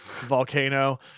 Volcano